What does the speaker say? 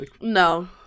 No